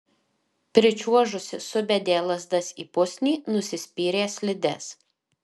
pričiuožusi subedė lazdas į pusnį nusispyrė slides